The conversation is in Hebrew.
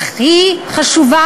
אך היא חשובה,